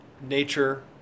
nature